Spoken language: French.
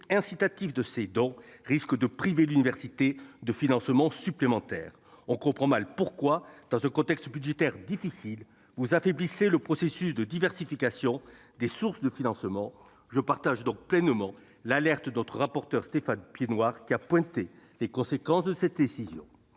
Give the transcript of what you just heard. incitatif de ces dons risque de priver l'université de financements supplémentaires. On comprend mal pourquoi, dans ce contexte budgétaire difficile, vous affaiblissez le processus de diversification des sources de financement. Je partage donc pleinement l'alerte de notre rapporteur pour avis, Stéphane Piednoir, qui a pointé les conséquences de cette décision.